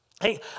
Hey